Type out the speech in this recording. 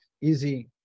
Easy